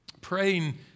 praying